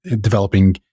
developing